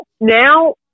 now